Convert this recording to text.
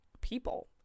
people